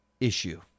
issue